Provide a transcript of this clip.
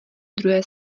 druhé